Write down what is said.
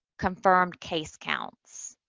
confirmed case counts,